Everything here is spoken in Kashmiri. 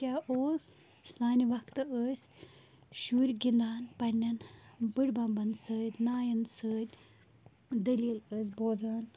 کیٛاہ اوس سانہِ وَقتہٕ ٲسۍ شُرۍ گِنٛدان پنٛنٮ۪ن بٔڈۍ بَمبَن سۭتۍ نانٮ۪ن سۭتۍ دٔلیٖل ٲسۍ بوزان